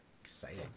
Exciting